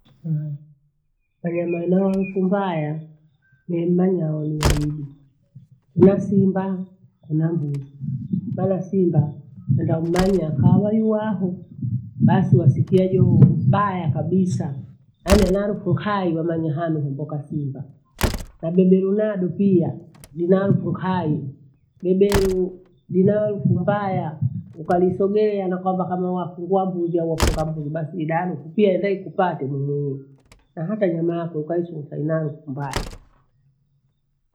wanyama wenao harufu mbaya nimanyao ni waidi, kuna simba, kuna mbuzi. Baba simba enda umanya kawayuwaho, basi wasikia joho baya kabisaa. Ani ana harufi khayi wamanyi hanu hondoka simba. Na beberu nadu pia lina harufu khayii, beberu lina harufu mbaya ukalisogelea na kwamba kama wafungua mbuzi, walofunga mbuzi basi idalu, sofia enda ikupate munyunyu. Na hata nyama yako ukaishuka ena harufu mbaya.